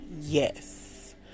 yes